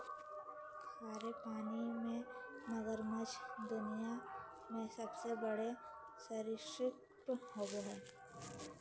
खारे पानी के मगरमच्छ दुनिया में सबसे बड़े सरीसृप होबो हइ